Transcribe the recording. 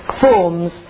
forms